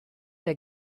der